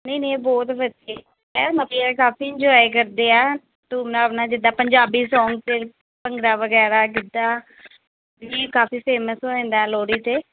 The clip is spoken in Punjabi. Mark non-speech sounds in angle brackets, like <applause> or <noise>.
ਨਹੀਂ ਨਹੀਂ ਬਹੁਤ ਬੱਚੇ <unintelligible> ਕਾਫੀ ਇੰਜੋਏ ਕਰਦੇ ਆ <unintelligible> ਆਪਣਾ ਜਿੱਦਾਂ ਪੰਜਾਬੀ ਸੌਂਗ 'ਚ ਭੰਗੜਾ ਵਗੈਰਾ ਗਿੱਧਾ ਵੀ ਕਾਫੀ ਫੇਮਸ ਹੋ ਜਾਂਦਾ ਲੋਹੜੀ 'ਤੇ